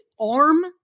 arm